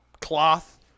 cloth